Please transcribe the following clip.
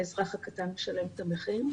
האזרח הקטן משלם את המחיר.